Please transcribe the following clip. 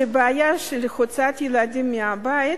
שהבעיה של הוצאת ילדים מהבית,